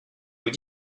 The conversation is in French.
nous